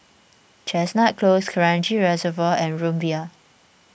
Chestnut Close Kranji Reservoir and Rumbia